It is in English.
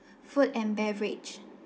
food and beverage